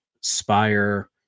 Spire